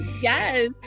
yes